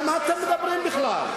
על מה אתם מדברים בכלל?